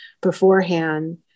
beforehand